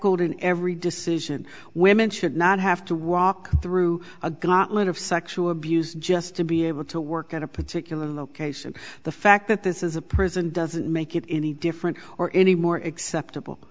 in every decision women should not have to walk through a gauntlet of sexual abuse just to be able to work at a particular location the fact that this is a prison doesn't make it any different or any more acceptable